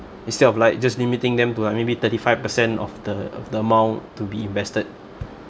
instead of like just limiting them to like maybe thirty five percent of the of the amount to be invested